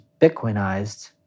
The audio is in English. Bitcoinized